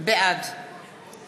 בעד